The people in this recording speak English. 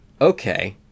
Okay